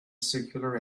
circular